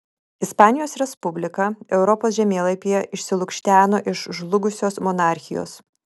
ispanijos respublika europos žemėlapyje išsilukšteno iš žlugusios monarchijos